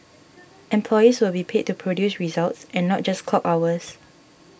employees will be paid to produce results and not just clock hours